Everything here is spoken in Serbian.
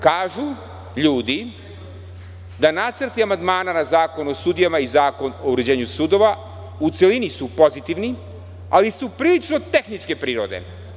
Kažu ljudi da nacrti amandmana na Zakon o sudijama i Zakon o uređenju sudova u celini su pozitivni, ali su prilično tehničke prirode.